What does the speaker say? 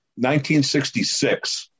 1966